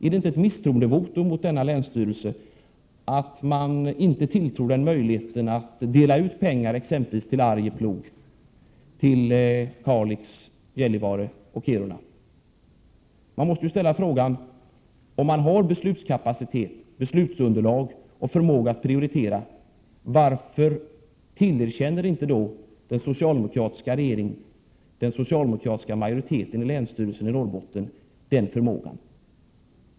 Är det inte ett misstroendevotum mot denna länsstyrelse att inte tilltro den möjligheten att dela ut pengar till exempelvis Arjeplog, till Kalix, Gällivare och till Kiruna? Man måste ju ställa frågan: Om man har beslutskapacitet, beslutsunderlag och förmåga att prioritera, varför tillerkänner inte då den socialdemokratiska regeringen den socialdemokratiska majoriteten i länsstyrelsen i Norrbotten den förmågan?